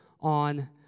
on